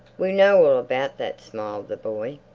we know all about that! smiled the boy.